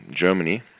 Germany